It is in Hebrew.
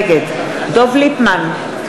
נגד דב ליפמן,